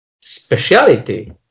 speciality